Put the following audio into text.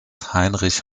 heinrich